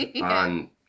on